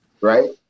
Right